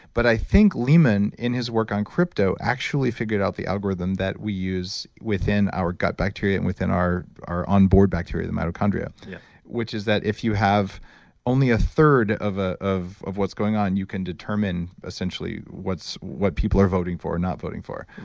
but i think leemon in his work on crypto actually figured out the algorithm that we use within our gut bacteria and within our our onboard bacteria the mitochondria. yeah which is that if you have only a third of ah of what's going on, you can determine essentially what people are voting for or not voting for.